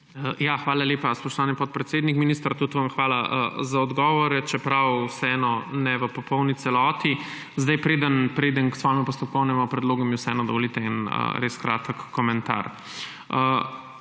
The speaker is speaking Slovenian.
Hvala lepa, spoštovani podpredsednik. Minister, tudi vam hvala za odgovore, čeprav vseeno ne v popolni celoti. Preden preidem k svojemu postopkovnemu predlogu, mi vseeno dovolite en res kratek komentar.